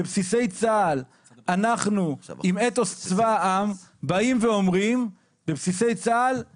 בבסיסי צה"ל אנחנו עם אתוס צבא העם באים ואומרים שהזכות